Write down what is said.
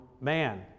man